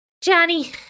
Johnny